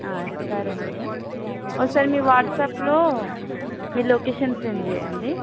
సరే మేడమ్ ఒకసారి మీ వాట్సాప్లో మీ లొకేషన్ సెండ్ చేయండి